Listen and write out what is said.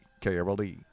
KRLD